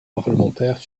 parlementaires